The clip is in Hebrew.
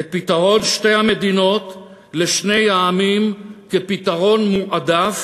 את פתרון שתי המדינות לשני העמים כפתרון מועדף